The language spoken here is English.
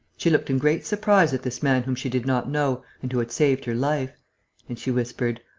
she looked in great surprise at this man whom she did not know and who had saved her life and she whispered